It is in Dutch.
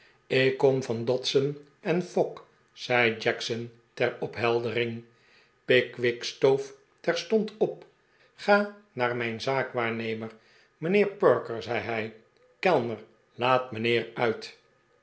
ik kom van dodson en fogg zei jackson ter opheldering pickwick stoof terstond op ga naar mijn zaakwaarnemer mijnheer perker zei hij kellner laat mijnheer uit